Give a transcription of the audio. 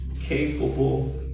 capable